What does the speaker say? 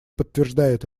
подтверждает